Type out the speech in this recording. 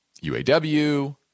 UAW